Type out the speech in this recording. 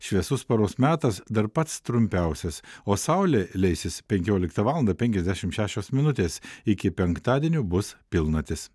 šviesus paros metas dar pats trumpiausias o saulė leisis penkioliktą valandą penkiasdešimt šešios minutės iki penktadienio bus pilnatis